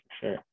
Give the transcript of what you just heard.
Sure